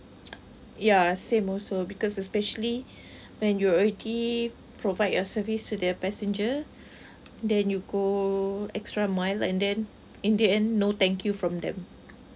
ya same also because especially when you're already provide a service to the passenger then you go extra mile and then in the end no thank you from them